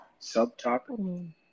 subtopic